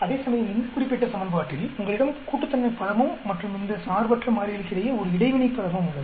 அதேசமயம் இந்த குறிப்பிட்ட சமன்பாட்டில் உங்களிடம் கூட்டுத்தன்மை பதமும் மற்றும் இந்த சார்பற்ற மாறிகளுக்கிடையே ஒரு இடைவினை பதமும் உள்ளது